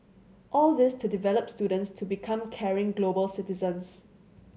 all this to develop students to become caring global citizens